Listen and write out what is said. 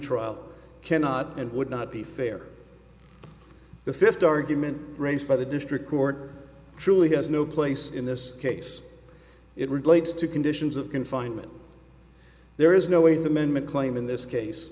retrial cannot and would not be fair the fifth argument raised by the district court truly has no place in this case it relates to conditions of confinement there is no way the man mclean in this case